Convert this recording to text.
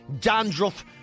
Dandruff